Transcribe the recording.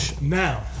Now